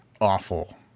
awful